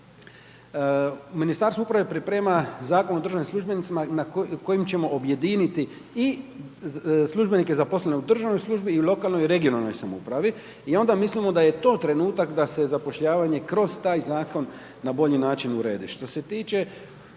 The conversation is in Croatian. Ministarstvo uprave priprema Zakon o državnim službenicima kojim ćemo objediniti i službenike zaposlene u državnoj službi i lokalnoj i regionalnoj samoupravi i onda mislimo da je to trenutak da se zapošljavanje kroz taj zakon na bolji način uredi.